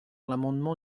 l’amendement